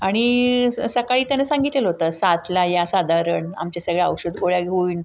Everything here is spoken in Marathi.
आणि सकाळी त्यांना सांगितलेलं होतं सातला या साधारण आमच्या सगळ्या औषध गोळ्या घेऊ